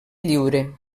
lliure